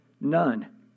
None